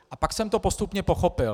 A pak jsem to postupně pochopil.